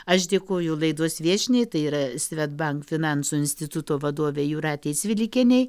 aš dėkoju laidos viešniai tai yra svedbank finansų instituto vadovei jūratei cvilikienei